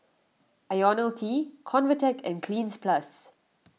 Ionil T Convatec and Cleanz Plus